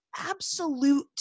absolute